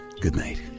Goodnight